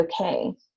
okay